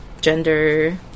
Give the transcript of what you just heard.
gender